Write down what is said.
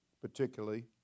particularly